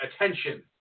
attention